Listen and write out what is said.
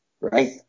right